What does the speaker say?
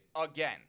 Again